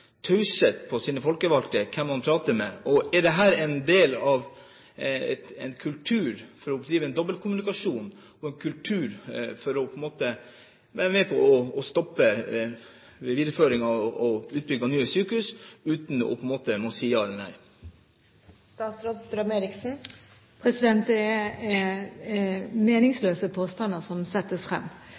sine folkevalgte taushet når det gjelder hvem man prater med? Og er det en del av en kultur hvor man driver med dobbelkommunikasjon? Er det en kultur for på en måte å være med og stoppe videre utbygging av nye sykehus uten å si ja eller nei? Det er meningsløse påstander som settes frem.